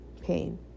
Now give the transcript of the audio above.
pain